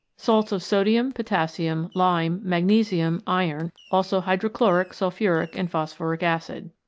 salts of sodium, potas sium, lime, magnesium, iron, also hydrochloric, sulphuric and phosphoric acid.